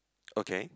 okay